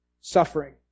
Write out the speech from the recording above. suffering